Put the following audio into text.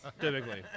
typically